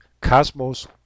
Cosmos